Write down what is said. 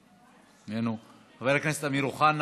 אני יודעת שכל הוויכוח על